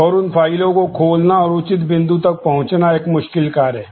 और उन फाइलों को खोलना और उचित बिंदु तक पहुंचना एक मुश्किल कार्य है